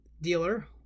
dealer